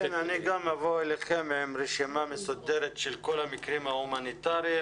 אני אבוא אליכם עם רשימה מסודרת של כל המקרים ההומניטריים.